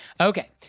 Okay